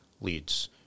leads